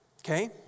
Okay